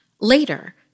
Later